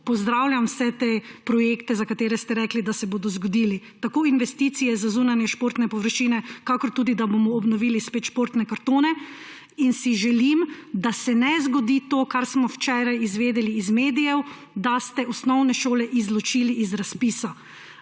pozdravljam vse te projekte, za katere ste rekli, da se bodo zgodili, tako investicije za zunanje športne površine kakor tudi, da bomo spet obnovili športne kartone. Ne želim si, da se zgodi to, kar smo včeraj izvedeli iz medijev – da ste osnovne šole izločili iz razpisa.